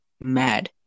mad